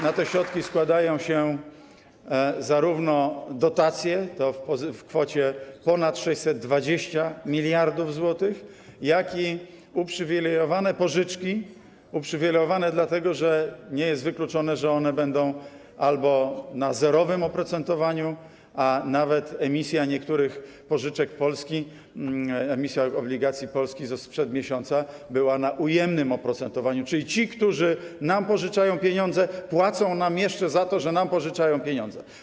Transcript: Na te środki składają się zarówno dotacje w kwocie ponad 620 mld zł, jak i uprzywilejowane pożyczki, uprzywilejowane, dlatego że nie jest wykluczone, że one będą miały zerowe oprocentowanie, a nawet emisja niektórych pożyczek Polski, emisja obligacji Polski sprzed miesiąca miała ujemne oprocentowanie, czyli ci, którzy nam pożyczają pieniądze, jeszcze nam za to płacą, że nam pożyczają pieniądze.